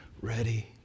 ready